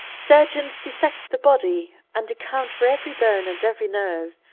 surgeons dissect the body, and account for every bone and every nerve,